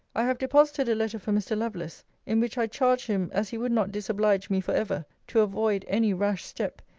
i have deposited a letter for mr. lovelace in which i charge him, as he would not disoblige me for ever, to avoid any rash step,